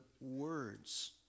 words